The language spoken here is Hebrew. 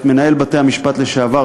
את מנהל בתי-המשפט לשעבר,